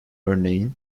örneğin